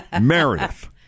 Meredith